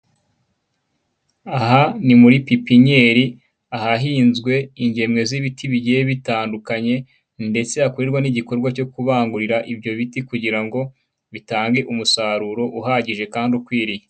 Aha ni muri pipinyeri, ahahinzwe ingemwe z'ibiti bigiye bitandukanye ndetse hakorerwa n'igikorwa cyo kubangurira ibyo biti kugira ngo bitange umusaruro uhagije kandi ukwiriye.